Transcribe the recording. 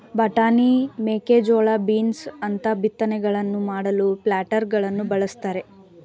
ಬಟಾಣಿ, ಮೇಕೆಜೋಳ, ಬೀನ್ಸ್ ಅಂತ ಬಿತ್ತನೆಗಳನ್ನು ಮಾಡಲು ಪ್ಲಾಂಟರಗಳನ್ನು ಬಳ್ಸತ್ತರೆ